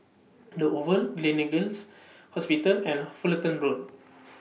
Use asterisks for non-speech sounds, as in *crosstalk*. The Oval Gleneagles Hospital and Fullerton Road *noise*